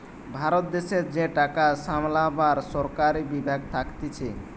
ভারত দেশের যে টাকা সামলাবার সরকারি বিভাগ থাকতিছে